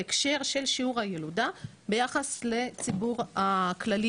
בהקשר של שיעור הילודה ביחס לציבור הכללי